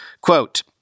Quote